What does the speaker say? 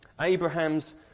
Abraham's